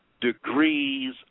degrees